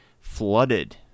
flooded